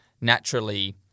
naturally